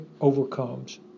overcomes